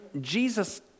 Jesus